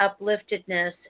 upliftedness